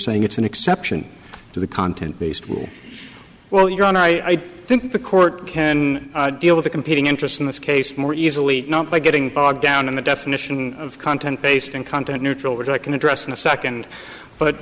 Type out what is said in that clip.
saying it's an exception to the content based rule well you don't i think the court can deal with a competing interest in this case more easily not by getting bogged down in the definition of content based on content neutral which i can address in a second but